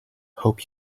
help